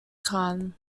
khan